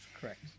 Correct